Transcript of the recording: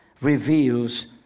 reveals